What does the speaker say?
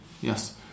Yes